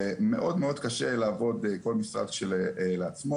זה מאוד מאוד קשה לעבוד כל משרד כשלעצמו,